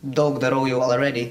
daug darau jau alredy